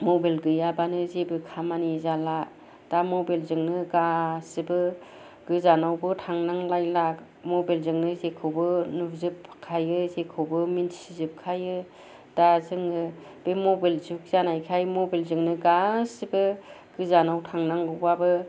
mobile गैयाबानो जेबो खामानि जाला दा मबाइल जोंनो गासैबो गोजानावबो थांनांलायला मबाइल जोंनो जेखौबो नुजोबखायो जेखौबो मिन्थिजोबखायो दा जोङो बे मबाइल जुग जानायखाय मबाइल जोंनो गासैबो गोजानाव थांनांगौबाबो